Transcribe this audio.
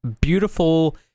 beautiful